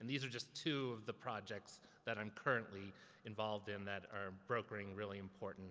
and these are just two of the projects that i'm currently involved in that are brokering really important